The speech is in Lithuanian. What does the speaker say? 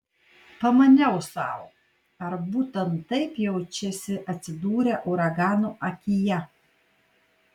pamaniau sau ar būtent taip jaučiasi atsidūrę uragano akyje